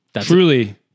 Truly